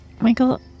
Michael